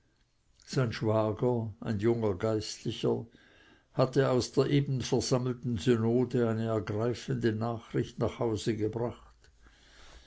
ein junger geistlicher hatte aus der eben versammelten synode eine ergreifende nachricht nach hause gebracht